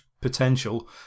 potential